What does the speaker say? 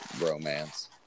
romance